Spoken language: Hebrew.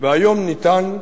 והיום ניתן,